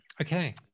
okay